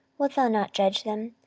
wilt thou not judge them?